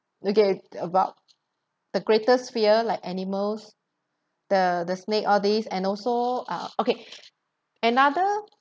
okay about the greatest greatest fear like animals the the snake all this and also ah okay another